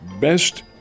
Best